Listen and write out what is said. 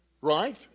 right